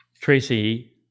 Tracy